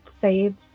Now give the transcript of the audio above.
saves